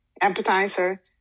appetizer